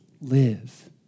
live